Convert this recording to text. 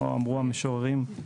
אמרו המשוררים,